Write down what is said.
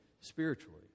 spiritually